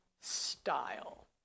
style